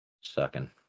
sucking